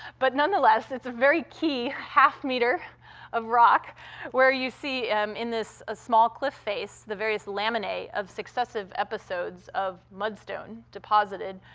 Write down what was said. but nonetheless, it's a very key half-meter of rock where you see um in this ah small cliff face the various laminae of successive episodes of mudstone deposited